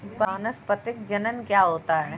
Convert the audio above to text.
वानस्पतिक जनन क्या होता है?